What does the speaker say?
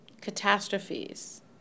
catastrophes